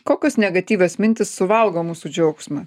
kokios negatyvios mintys suvalgo mūsų džiaugsmą